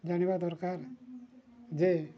ଜାଣିବା ଦରକାର ଯେ